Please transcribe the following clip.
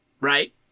Right